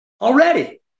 already